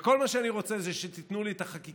וכל מה שאני רוצה זה שתיתנו לי את החקיקה,